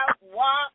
walk